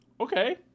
Okay